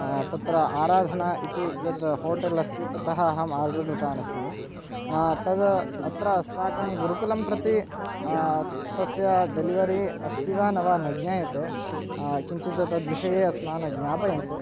तत्र आराधना इति यत् होटेल् अस्ति ततः अहम् आर्डर् कृतवान् अस्मि तत् अत्र अस्माकं गुरुकुलं प्रति तस्य डेलिवरि अस्ति वा न वा न ज्ञायते किञ्चित् तद्विषये अस्मान् ज्ञापयन्तु